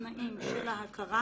בתנאים של ההכרה,